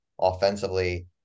offensively